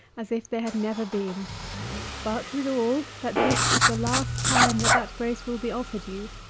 as if they had never been but withal, that this is the last time that that grace will be offered you.